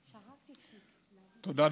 תודה,